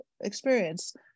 experience